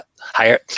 higher